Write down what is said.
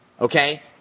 okay